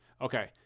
Okay